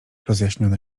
rozjaśniona